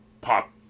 pop